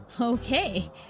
Okay